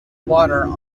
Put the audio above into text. water